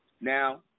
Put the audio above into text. Now